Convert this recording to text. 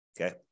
okay